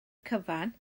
cyfan